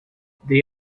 they